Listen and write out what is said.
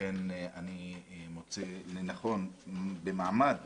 לכן אני מוצא לנכון במעמד